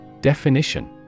Definition